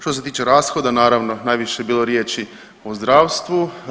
Što se tiče rashoda, naravno najviše je bilo riječi o zdravstvu.